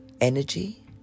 Energy